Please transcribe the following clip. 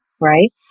right